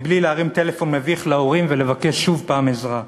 מבלי להרים טלפון מביך להורים ולבקש שוב פעם עזרה.